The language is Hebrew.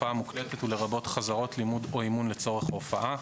הופעה מוקלטת ולרבות חזרות לימוד או אימון לצורך הופעה.